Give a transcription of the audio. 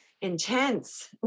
intense